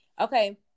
Okay